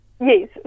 Yes